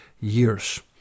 years